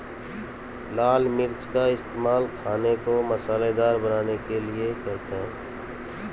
लाल मिर्च का इस्तेमाल खाने को मसालेदार बनाने के लिए करते हैं